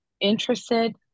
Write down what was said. interested